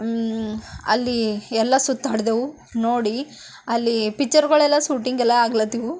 ಅಲ್ಲಿ ಎಲ್ಲ ಸುತ್ತಾಡಿದೆವು ನೋಡಿ ಅಲ್ಲಿ ಪಿಚ್ಚರ್ಗಳೆಲ್ಲ ಸೂಟಿಂಗ್ ಎಲ್ಲ ಆಗ್ಲತ್ತಿದ್ವು